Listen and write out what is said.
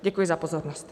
Děkuji za pozornost.